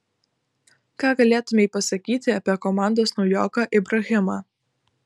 ką galėtumei pasakyti apie komandos naujoką ibrahimą